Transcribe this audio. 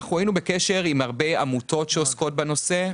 אנחנו היינו בקשר עם הרבה עמותות וגופים שעוסקים בנושא.